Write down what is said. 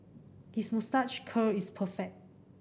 his moustache curl is perfect